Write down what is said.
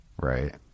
Right